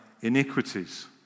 iniquities